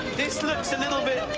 this looks a little bit.